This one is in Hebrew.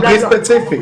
דברי ספציפית.